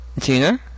Tina